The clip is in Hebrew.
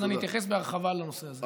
ואז אני אתייחס בהרחבה לנושא הזה.